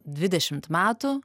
dvidešimt metų